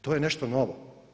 To je nešto novo.